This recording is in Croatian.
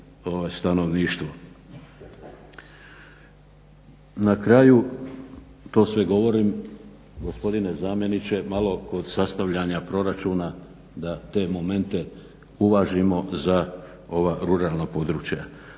Na kraju to sve govorim gospodine zamjeniče, malo kod sastavljanja proračuna da te momente uvažimo za ova ruralna područja.